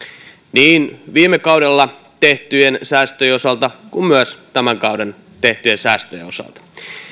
niin viime kaudella tehtyjen säästöjen kuin myös tämän kauden tehtyjen säästöjen osalta